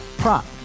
prop